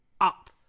up